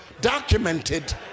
documented